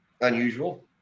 unusual